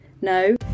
No